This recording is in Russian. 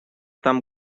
там